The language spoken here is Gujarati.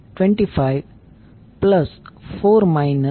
5 j1